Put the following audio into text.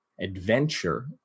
adventure